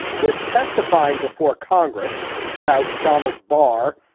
was testifying before congress about donald barr.